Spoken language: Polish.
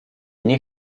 nie